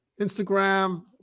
Instagram